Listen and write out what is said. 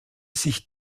sich